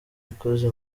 ikoze